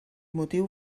motiu